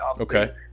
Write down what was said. okay